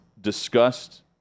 discussed